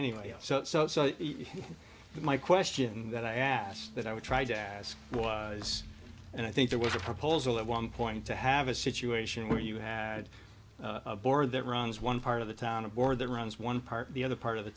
anyway so my question that i asked that i would try to ask was is and i think there was a proposal at one point to have a situation where you had a board that runs one part of the town a board that runs one part the other part of the